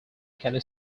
can